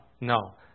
no